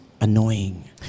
annoying